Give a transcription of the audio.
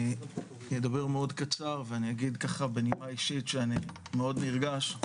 אני ידבר מאוד קצר ואני אגיד ככה בנימה אישית שאני מאוד נרגש,